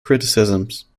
criticisms